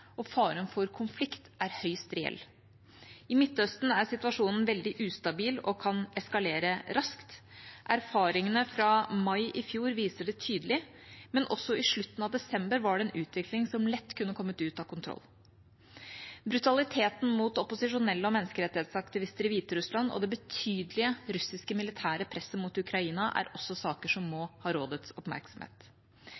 og faren for konflikt er høyst reell. I Midtøsten er situasjonen veldig ustabil og kan eskalere raskt. Erfaringene fra mai i fjor viser det tydelig, men også i slutten av desember var det en utvikling som lett kunne ha kommet ut av kontroll. Brutaliteten mot opposisjonelle og menneskerettighetsaktivister i Hviterussland, og det betydelige russiske militære presset mot Ukraina, er også saker som